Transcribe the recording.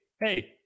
hey